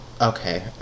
Okay